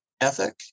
ethic